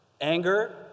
Anger